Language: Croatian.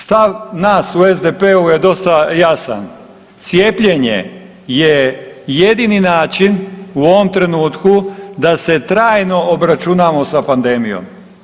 Stav nas u SDP-u je dosta jasan, cijepljenje je jedini način u ovom trenutku da se trajno obračunamo sa pandemijom.